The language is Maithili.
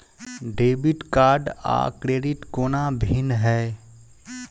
डेबिट कार्ड आ क्रेडिट कोना भिन्न है?